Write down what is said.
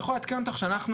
אני יכול לעדכן אותך שאנחנו,